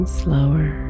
slower